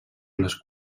les